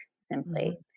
simply